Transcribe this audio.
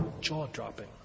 jaw-dropping